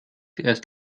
erst